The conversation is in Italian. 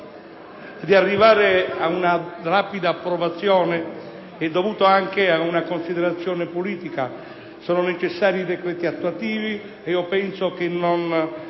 di arrivare ad una rapida approvazione è dovuta anche ad una considerazione politica. Sono necessari decreti attuativi, e penso che le